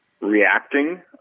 reacting